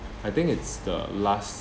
I think it's the last